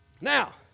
Now